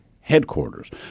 headquarters